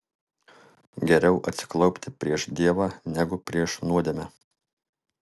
geriau atsiklaupti prieš dievą negu prieš nuodėmę